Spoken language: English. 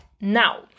now